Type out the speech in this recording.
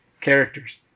characters